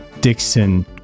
Dixon